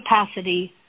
capacity